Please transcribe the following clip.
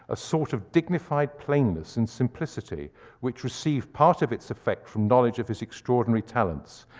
a sort of dignified plainness and simplicity which received part of its effect from knowledge of his extraordinary talents.